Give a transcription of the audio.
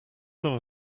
some